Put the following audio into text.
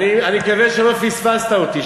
אני מקווה שלא פספסת אותי.